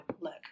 look